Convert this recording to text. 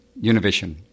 Univision